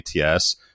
ats